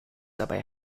dabei